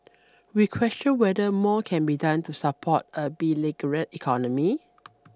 we question whether more can be done to support a beleaguered economy